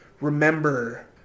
remember